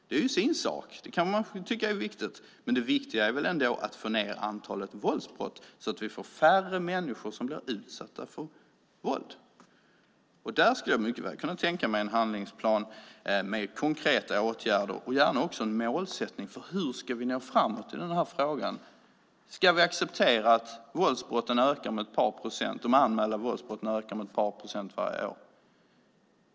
Det är ju en sak, och det kan man tycka är viktigt. Men det viktiga är väl ändå att få ned antalet våldsbrott så att färre människor blir utsatta för våld. Där skulle jag mycket väl kunna tänka mig en handlingsplan med konkreta åtgärder, och gärna också en målsättning för hur vi ska nå framåt i den här frågan. Ska vi acceptera att de anmälda våldsbrotten ökar med ett par procent varje år?